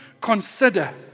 Consider